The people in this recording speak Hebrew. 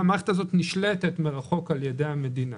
המערכת הזאת נשלטת מרחוק על ידי המדינה,